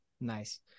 Nice